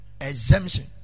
exemption